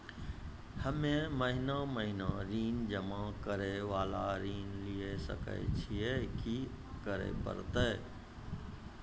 हम्मे महीना महीना ऋण जमा करे वाला ऋण लिये सकय छियै, की करे परतै?